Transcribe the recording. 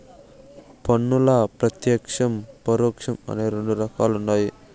పన్నుల్ల ప్రత్యేక్షం, పరోక్షం అని రెండు రకాలుండాయి